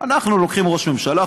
אנחנו לוקחים ראש ממשלה,